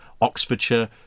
Oxfordshire